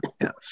yes